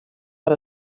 per